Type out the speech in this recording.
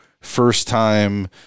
first-time